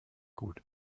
gut